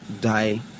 die